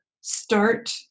start